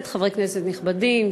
חברי כנסת נכבדים,